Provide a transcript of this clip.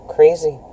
Crazy